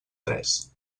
tres